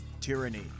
Tyranny